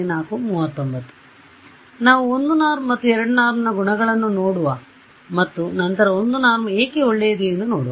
ನಾವು 1 norm ಮತ್ತು 2 norm ನ ಗುಣಗಳನ್ನು ನೋಡುವ ಮತ್ತು ನಂತರ 1 norm ಏಕೆ ಒಳ್ಳೆಯದು ಎಂದು ನೋಡುವ